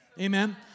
Amen